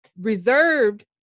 reserved